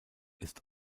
ist